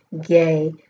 gay